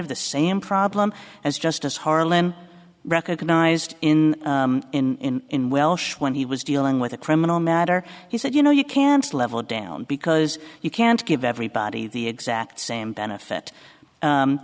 of the same problem as justice harlan recognized in in in welsh when he was dealing with a criminal matter he said you know you can't level down because you can't give everybody the exact same benefit